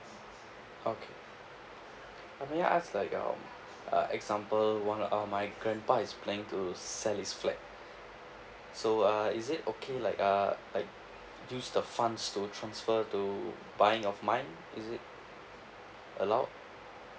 okay uh may I ask like um example one of uh my grandpa is planning to sell his flat so uh is it okay like uh like use the funds to transfer to buying of mine is it allowed